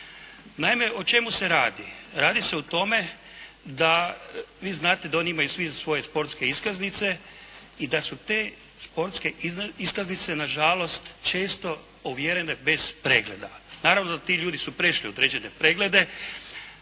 Naime, o čemu se radi. Radi se o tome, vi znate da oni imaju svi svoje sportske iskaznice i da su te sportske iskaznice na žalost često ovjerene bez pregleda. Naravno da ti ljudi su prešli određene preglede,